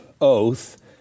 oath